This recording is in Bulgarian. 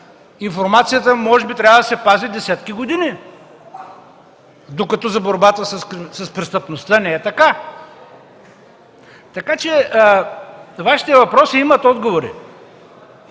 информацията може би трябва да се пази десетки години, докато за борбата с престъпността не е така. Вашите въпроси имат отговори.